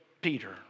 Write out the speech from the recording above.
Peter